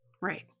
Right